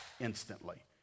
instantly